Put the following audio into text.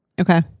Okay